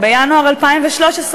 בינואר 2013,